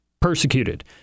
persecuted